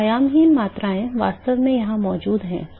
तो आयामहीन मात्राएँ वास्तव में यहाँ मौजूद हैं